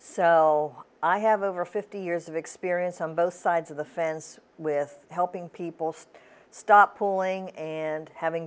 so i have over fifty years of experience on both sides of the fence with helping people say stop pulling and having